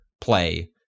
play